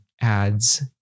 ads